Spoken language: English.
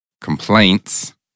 complaints